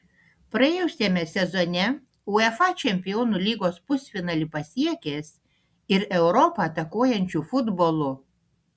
praėjusiame sezone uefa čempionų lygos pusfinalį pasiekęs ir europą atakuojančiu futbolu